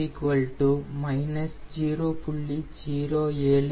07 0